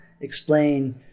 explain